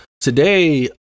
Today